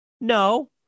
No